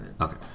Okay